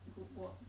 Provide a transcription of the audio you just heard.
group work